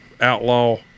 outlaw